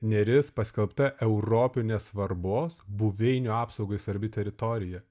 neris paskelbta europinės svarbos buveinių apsaugai svarbi teritorija